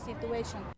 situation